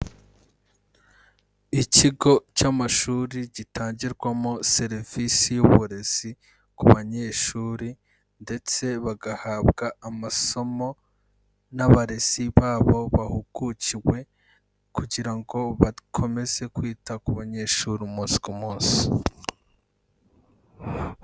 Ikigo cy'amashuri gitangirwamo serivisi y'uburezi ku banyeshuri, ndetse bagahabwa amasomo n'abarezi babo bahugukiwe, kugira ngo bakomeze kwita ku banyeshuri umunsi ku munsi.